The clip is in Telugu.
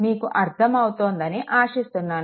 మీకు అర్థం అవుతోందని ఆశిస్తున్నాను